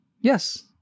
Yes